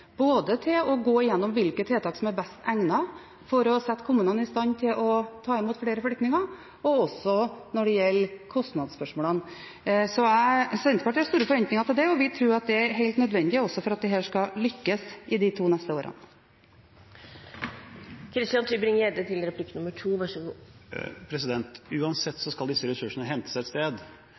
både til å gå gjennom hvilke tiltak som er best egnet for å sette kommunene i stand til å ta imot flere flyktninger, og også når det gjelder kostnadsspørsmålene. Senterpartiet har store forventninger til det, og vi tror det er helt nødvendig for at dette skal lykkes de to neste årene. Uansett skal disse ressursene hentes et sted, og det er lite trolig at regjeringen – uansett